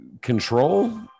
control